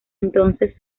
entonces